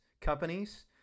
companies